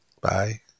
Bye